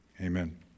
Amen